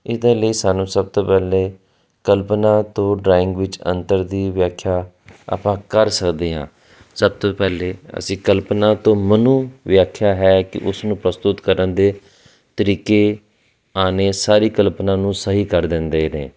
ਇਹਦੇ ਲਈ ਸਾਨੂੰ ਸਭ ਤੋਂ ਪਹਿਲੇ ਕਲਪਨਾ ਤੋਂ ਡਰਾਇੰਗ ਵਿੱਚ ਅੰਤਰ ਦੀ ਵਿਆਖਿਆ ਆਪਾਂ ਕਰ ਸਕਦੇ ਹਾਂ ਸਭ ਤੋਂ ਪਹਿਲੇ ਅਸੀਂ ਕਲਪਨਾ ਤੋਂ ਮਨੋ ਵਿਆਖਿਆ ਹੈ ਕਿ ਉਸ ਨੂੰ ਪ੍ਰਸਤੁਤ ਕਰਨ ਦੇ ਤਰੀਕੇ ਆਉਣੇ ਸਾਰੀ ਕਲਪਨਾ ਨੂੰ ਸਹੀ ਕਰ ਦਿੰਦੇ ਨੇ